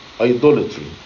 idolatry